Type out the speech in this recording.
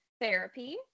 therapy